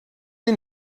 sie